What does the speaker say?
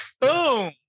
boom